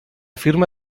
firma